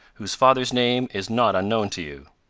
whose father's name is not unknown to you.